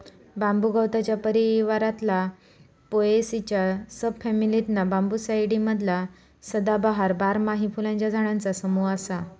बांबू गवताच्या परिवारातला पोएसीच्या सब फॅमिलीतला बांबूसाईडी मधला सदाबहार, बारमाही फुलांच्या झाडांचा समूह असा